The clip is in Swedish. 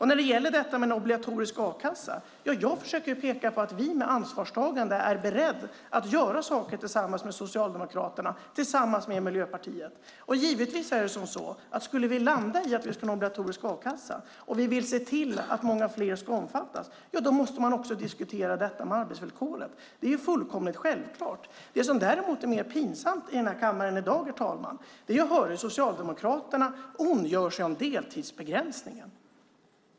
När det gäller den obligatoriska a-kassan försöker jag peka på att vi med ansvarstagande är beredda att göra saker tillsammans med Socialdemokraterna och Miljöpartiet. Skulle vi landa i en obligatorisk a-kassa och vill se till att många fler omfattas måste vi också diskutera arbetsvillkoren; det är fullständigt självklart. Det som är pinsamt här i dag, herr talman, är att höra hur Socialdemokraterna ondgör sig över deltidsbegränsningen.